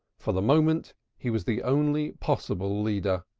for the moment he was the only possible leader,